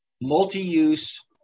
multi-use